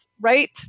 right